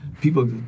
people